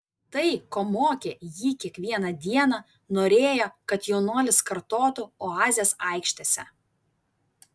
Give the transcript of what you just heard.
tai ko mokė jį kiekvieną dieną norėjo kad jaunuolis kartotų oazės aikštėse